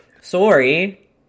Sorry